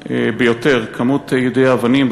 ביותר כמות יידויי האבנים,